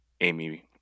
amy